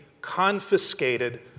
confiscated